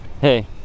Hey